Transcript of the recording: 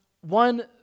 one